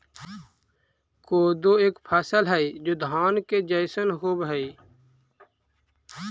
कोदो एक फसल हई जो धान के जैसन होव हई